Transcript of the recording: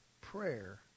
Prayer